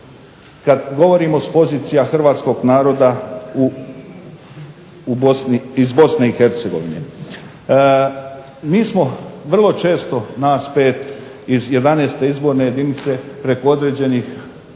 kada govorimo s pozicijama hrvatskog naroda iz BiH. Mi smo vrlo često nas 5 iz 11. izborne jedinice preko određenih